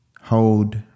Hold